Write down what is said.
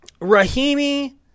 Rahimi